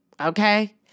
Okay